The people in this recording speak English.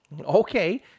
Okay